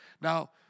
Now